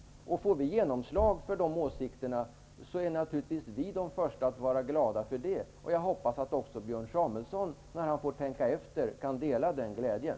Får vi genomslag för den åsikten, så är naturligtvis vi de första att vara glada för det. Och jag hoppas att också Björn Samuelson, när han får tänka efter, kan dela den glädjen.